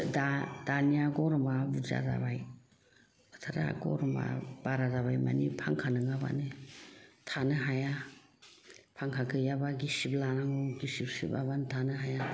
दा दानिया गरमा बुरजा जाबाय बोथोरा गरमा बारा जाबाय माने फांखा नङाबानो थानो हाया फांखा गैयाबा गिसिब लानांगौ गिसिब सिबाबानो थानो हाया